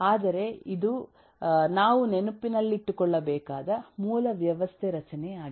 ಆದರೆ ಇದು ನಾವು ನೆನಪಿನಲ್ಲಿಟ್ಟುಕೊಳ್ಳಬೇಕಾದ ಮೂಲ ವ್ಯವಸ್ಥೆ ರಚನೆ ಆಗಿದೆ